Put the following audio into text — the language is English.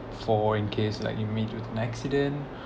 for in case like you meet with an accident